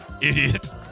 Idiot